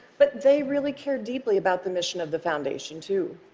but they really care deeply about the mission of the foundation, too.